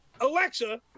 Alexa